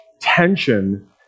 tension